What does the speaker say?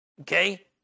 Okay